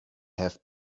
have